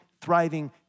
thriving